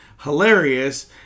hilarious